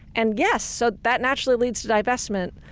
and yes, so that naturally leads to divestment.